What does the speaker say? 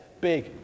big